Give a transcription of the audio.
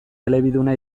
elebiduna